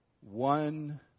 one